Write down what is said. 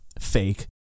fake